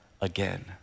again